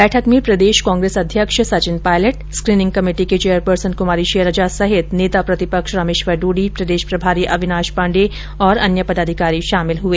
बैठक में प्रदेश कांग्रेस अध्यक्ष सचिन पायलट स्कीनिंग कमेटी की चेयरपर्सन कमारी शैलेजा समेत नेता प्रतिपक्ष रामेश्वर डुडी प्रदेश प्रभारी अविनाश पांडे सहित अन्य पदाधिकारी शामिल हुए